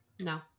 No